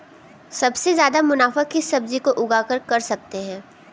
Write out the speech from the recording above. सबसे ज्यादा मुनाफा किस सब्जी को उगाकर कर सकते हैं?